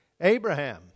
Abraham